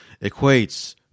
equates